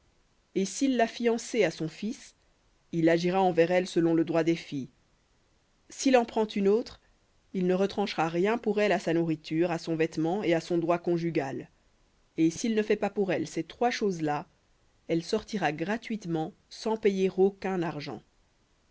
et s'il l'a fiancée à son fils il agira envers elle selon le droit des filles sil en prend une autre il ne retranchera rien pour elle à sa nourriture à son vêtement et à son droit conjugal et s'il ne fait pas pour elle ces trois choses-là elle sortira gratuitement sans argent